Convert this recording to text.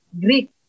Greek